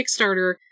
Kickstarter